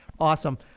Awesome